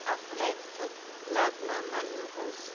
आफूलाई चुप् लाग्न मान्नु होस्